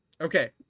okay